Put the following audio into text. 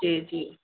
जी जी